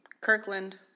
Kirkland